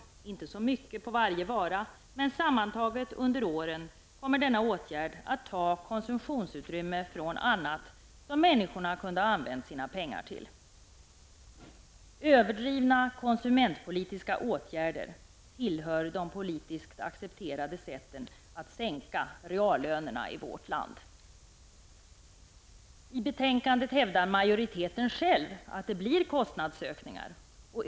Det är inte fråga om så mycket på varje vara, men sammantaget under åren kommer denna åtgärd att ta konsumtionsutrymme från annat som människorna kunde ha använt sina pengar till. Överdrivna konsumentpolitiska åtgärder tillhör de politiskt accepterade sätten att sänka reallönerna i vårt land. I betänkandet hävdar majoriteten själv att det blir kostnadsökningar.